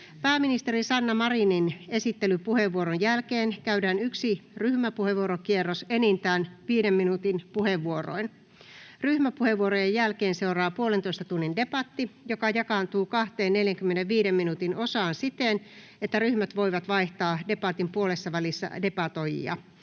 Pääministeri Sanna Marinin esittelypuheenvuoron jälkeen käydään yksi ryhmäpuheenvuorokierros enintään 5 minuutin puheenvuoroin. Ryhmäpuheenvuorojen jälkeen seuraa 1,5 tunnin debatti, joka jakaantuu kahteen 45 minuutin osaan siten, että ryhmät voivat vaihtaa debatin puolessavälissä debatoijia.